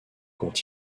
quand